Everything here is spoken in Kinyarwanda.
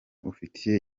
ufitiye